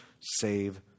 save